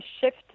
shift